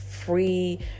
Free